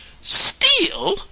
Steal